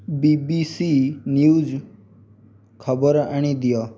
ବି B C news ଖବର ଆଣି ଦିଅ